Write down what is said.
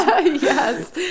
Yes